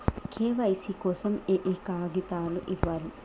KYC కోసం ఏయే కాగితాలు ఇవ్వాలి?